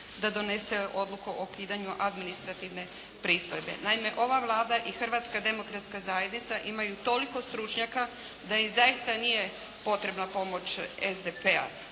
da donese odluku o ukidanju administrativne pristojbe. Naime, ova Vlada i Hrvatska demokratska zajednica imaju toliko stručnjaka da im zaista nije potrebna pomoć SDP-a.